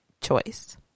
choice